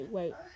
Wait